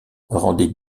rendaient